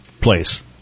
place